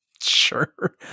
sure